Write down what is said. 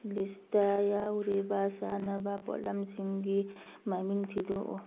list ꯌꯥꯎꯔꯤꯕ ꯆꯥꯅꯕ ꯄꯣꯠꯂꯝꯁꯤꯡꯒꯤ ꯃꯃꯤꯡ ꯊꯤꯗꯣꯛꯎ